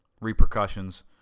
repercussions